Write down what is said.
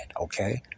okay